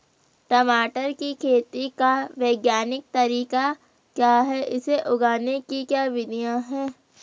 टमाटर की खेती का वैज्ञानिक तरीका क्या है इसे उगाने की क्या विधियाँ हैं?